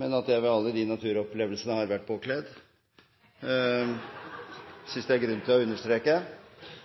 men at han ved alle de naturopplevelsene har vært påkledd. Det synes presidenten det er grunn til å understreke.